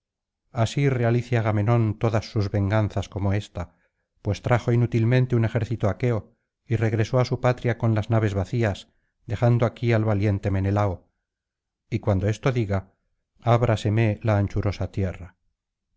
así realice agamenón todas sus venganzas contó ésta pties trajo inútilmente un ejército aqueo y regresó á su patria con las naves vacías dejando aquí al valiente menelao y cuando esto diga ábraseme la anchurosa tierra